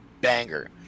banger